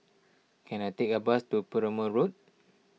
can I take a bus to Perumal Road